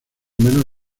menos